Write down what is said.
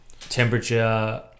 temperature